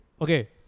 Okay